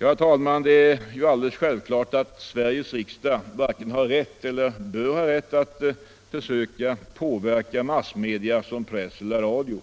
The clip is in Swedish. Herr talman! Det är alldeles självklart att Sveriges riksdag varken har rätt eller bör ha rätt att försöka påverka massmedia, press eller radio.